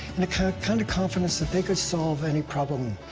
and kind of kind of confidence that they could solve any problem.